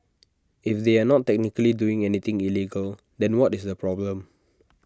if they are not technically doing anything illegal then what is the problem